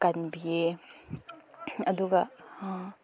ꯀꯟꯕꯤꯌꯦ ꯑꯗꯨꯒ